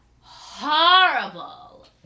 horrible